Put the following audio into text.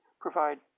provide